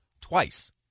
Twice